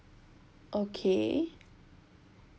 okay